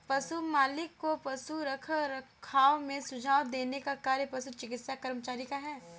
पशु मालिक को पशु रखरखाव में सुझाव देने का कार्य पशु चिकित्सा कर्मचारी का है